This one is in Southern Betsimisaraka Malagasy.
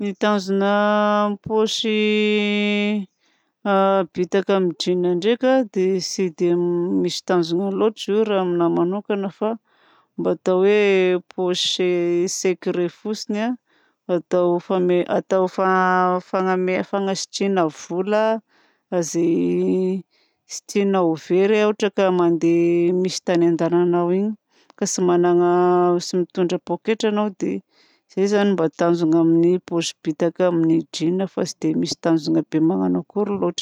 Ny tanjona amin'ny paosy bitaka amin'ny jean ndraika dia tsy dia misy tanjona loatra izy io raha aminahy manokana fa mba atao hoe paosy secret fotsiny atao fagnasitrihagna vola izay tsy tiagna ho very. Ohatra ka mandeha misy tany andehagnanao ka tsy manana tsy mitondra poketra anao dia zay zany no tanjona amin'ny paosy bitaka amin'ny jean. Fa tsy dia misy tanjona be magnano akory loatra.